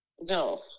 No